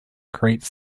creates